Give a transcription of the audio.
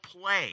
play